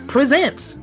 Presents